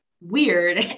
weird